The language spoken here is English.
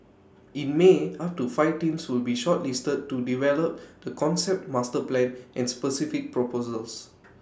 in may up to five teams will be shortlisted to develop the concept master plan and specific proposals